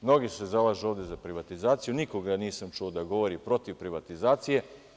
Mnogi se zalažu za privatizaciju, nikoga nisam čuo da govori protiv privatizacije.